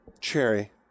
Cherry